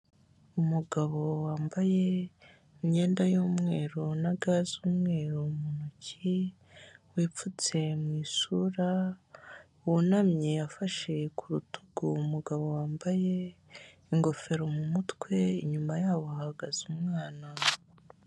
Umugabo wambaye imyenda y'umweru na ga z'umweru mu ntoki, wipfutse mu isura, wunamye afashe ku rutugu umugabo wambaye ingofero mu mutwe, inyuma yabo hahagaze umwana.